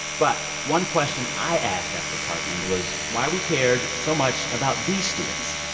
but one question i asked after parkland was why we cared so much about these students,